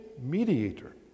mediator